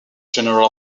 general